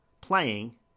playing